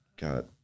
got